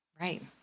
Right